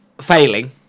failing